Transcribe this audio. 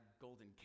golden